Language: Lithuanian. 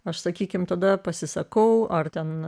aš sakykime tada pasisakau ar ten